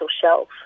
shelf